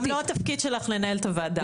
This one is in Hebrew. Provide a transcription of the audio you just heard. גם לא התפקיד שלך לנהל את הוועדה.